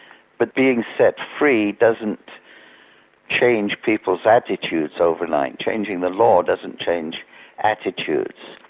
but being set free doesn't change people's attitudes overnight, changing the law doesn't change attitudes.